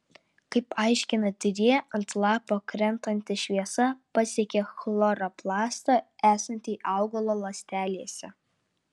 kaip aiškina tyrėja ant lapo krentanti šviesa pasiekia chloroplastą esantį augalo ląstelėse